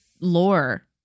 lore